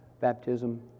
baptism